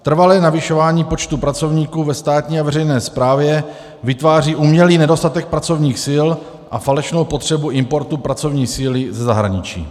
Trvalé navyšování počtu pracovníků ve státní a veřejné správě vytváří umělý nedostatek pracovních sil a falešnou potřebu importu pracovní síly ze zahraničí.